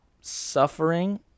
suffering